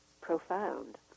profound